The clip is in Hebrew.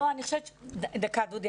דקה, דודי.